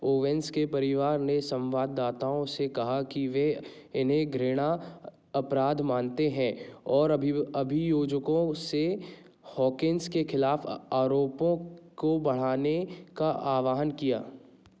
Owens के परिवार ने संवाददाताओं से कहा कि वह इन्हें घृणा अपराध मानते हैं और अभियोजकों से हॉकिन्स के ख़िलाफ़ आरोपों को बढ़ाने का आह्वान किया